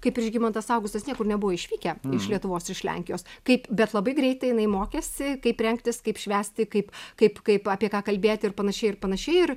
kaip ir žygimantas augustas niekur nebuvo išvykę iš lietuvos iš lenkijos kaip bet labai greitai jinai mokėsi kaip rengtis kaip švęsti kaip kaip kaip apie ką kalbėti ir panašiai ir panašiai ir